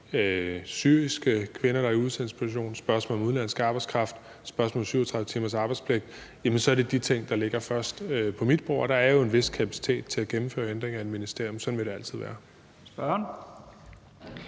syriske kvinder, der er i udsendelsesposition, spørgsmålet om udenlandsk arbejdskraft, spørgsmålet om 37 timers arbejdspligt – så er det de ting, der ligger øverst på mit bord. Der er jo en vis kapacitet til at gennemføre ændringer i et ministerium. Sådan vil det altid være.